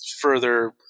further